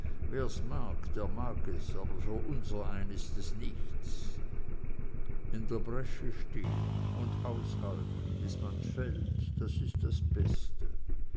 mag der mag es aber für unserem ist es nichts in der bresche stehen und aushalten bis man fällt das ist das beste